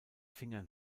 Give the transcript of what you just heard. fingern